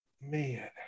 man